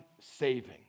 saving